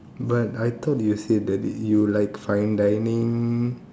but I thought that you say you like fine dining